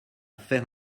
faire